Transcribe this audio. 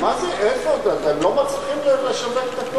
הם לא מצליחים לשווק את הכול.